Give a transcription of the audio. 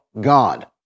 God